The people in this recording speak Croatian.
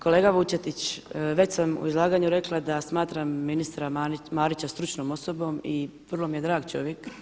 Kolega Vučetić, već sam u izlaganju rekla da smatram ministra Marića stručnom osobom i vrlo mi je drag čovjek.